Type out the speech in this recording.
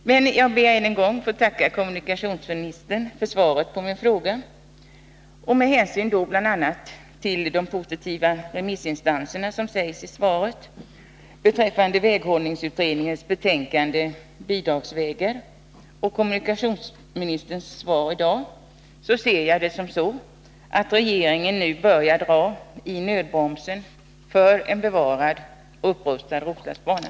Jag ber ännu en gång att få tacka kommunikationsministern för svaret på min fråga. Med hänsyn till bl.a. de positiva remissyttranden som nämns i svaret beträffande väghållningsutredningens betänkande Bidragsvägar och kommunikationsministerns svar i dag ser jag det så, att regeringen nu börjar dra i nödbromsen när det gäller en bevarad och upprustad Roslagsbana.